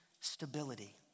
stability